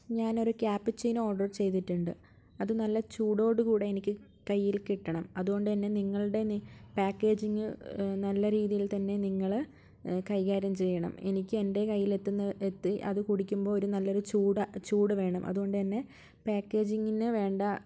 ഞാനൊരു cappuccino order ചെയ്തിട്ടുണ്ട് അത് നല്ല ചൂടോടുകൂടെ എനിക്ക് കൈയിൽ കിട്ടണം അതുകൊണ്ട്തന്നെ നിങ്ങളുടെ പാക്കേജിങ് നല്ല രീതിയിൽ തന്നെ നിങ്ങൾ കൈകാര്യം ചെയ്യണം എനിക്ക് എൻ്റെ കയ്യിൽ എത്തുന്ന എത്തി അത് കുടിക്കുമ്പോൾ ഒരു നല്ലൊരു ചൂട് ചൂട് വേണം അതുകൊണ്ട് തന്നെ പാക്കേജിങ്ങിനു വേണ്ട